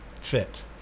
fit